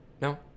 no